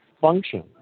function